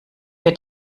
wird